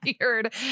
weird